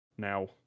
Now